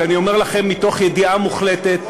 ואני אומר לכם מתוך ידיעה מוחלטת: